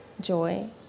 joy